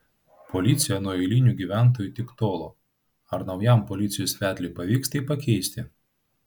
policija nuo eilinių gyventojų tik tolo ar naujam policijos vedliui pavyks tai pakeisti